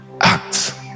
acts